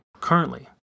currently